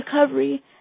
recovery